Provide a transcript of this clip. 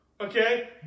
Okay